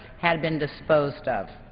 had been disposed of.